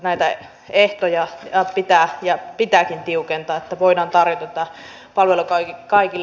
näitä ehtoja pitääkin tiukentaa että voidaan tarjota tätä palvelua kaikille